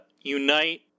unite